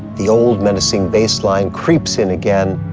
the old menacing bass line creeps in again,